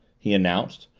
he announced,